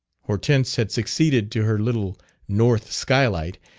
hortense had succeeded to her little north skylight,